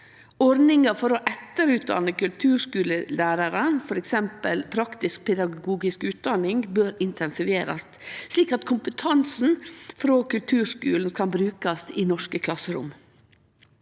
Ordninga for å etterutdanne kulturskulelærarar, f.eks. praktisk-pedagogisk utdanning, bør intensiverast, slik at kompetansen frå kulturskulen kan brukast i norske klasserom.